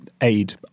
aid